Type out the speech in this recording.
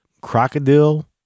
crocodile